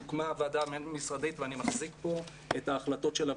הוקמה ועדה בין משרדית ואני מחזיק פה את ההחלטות שלה,